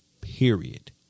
period